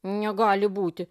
negali būti